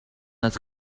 het